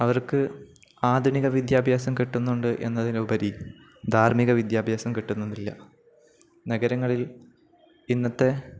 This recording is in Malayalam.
അവർക്ക് ആധുനിക വിദ്യാഭ്യാസം കിട്ടുന്നുണ്ട് എന്നതിനുപരി ധാർമിക വിദ്യാഭ്യാസം കിട്ടുന്നില്ല നഗരങ്ങളിൽ ഇന്നത്തെ